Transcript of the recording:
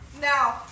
Now